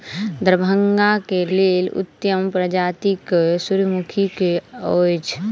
दरभंगा केँ लेल उत्तम प्रजाति केँ सूर्यमुखी केँ अछि?